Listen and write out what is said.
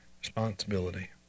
Responsibility